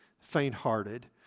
faint-hearted